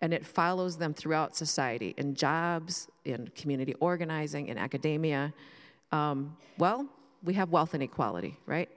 and it follows them throughout society in jobs in community organizing in academia well we have wealth inequality right